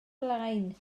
blaen